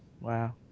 Wow